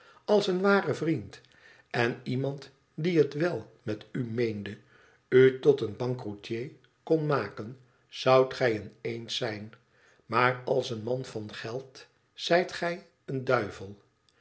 als een ware vriend en iemand die het wèl met u meende u tot een bankroetier kon maken zoudt gij een eend zijn maar als een man van geld zijt gij een duivel